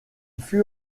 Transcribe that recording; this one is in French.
fut